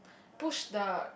push the